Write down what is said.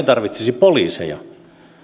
tarvitsisi poliiseja